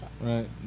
Right